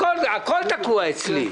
הכול תקוע אצלי...